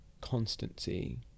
constancy